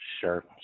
Sure